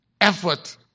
effort